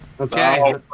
Okay